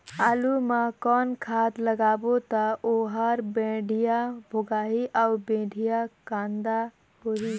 आलू मा कौन खाद लगाबो ता ओहार बेडिया भोगही अउ बेडिया कन्द होही?